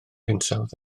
hinsawdd